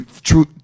True